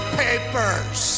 papers